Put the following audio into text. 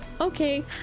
okay